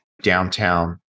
downtown